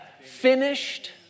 finished